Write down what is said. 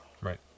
Right